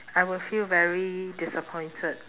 I will feel very disappointed